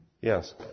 Yes